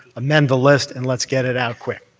amend the list and let's get it out quick.